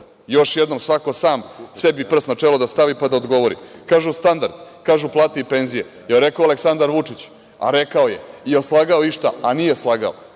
Još jednom, svako sam sebi prst na čelo da stavi, pa da odgovori. Kažu – standard, kažu – plate i penzije. Jel rekao Aleksandar Vučić, a rekao je, jel slagao ništa, a nije slagao